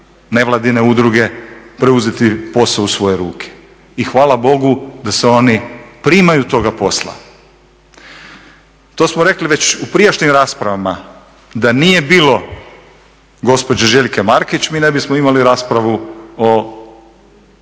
nevladine udruge, preuzeti posao u svoje ruke. I hvala Bogu da se oni primaju toga posla. To smo rekli već u prijašnjim raspravama da nije bilo gospođe Željke Markić mi ne bismo imali raspravu o